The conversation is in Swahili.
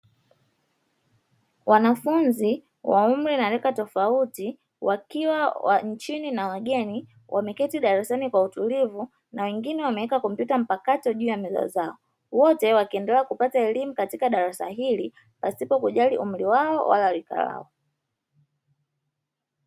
Wanafunzi wa umri na rika tofauti wakiwa nchini na wageni, wameketi darasani kwa utulivu na wengine wameweka kompyuta mpakato juu ya meza zao. Wote wakiendelea kupata elimu katika darasa hili pasipo kujali umri wao wala rika lao.